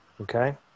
Okay